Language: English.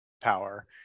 power